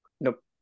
Nope